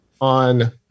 On